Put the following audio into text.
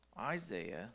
Isaiah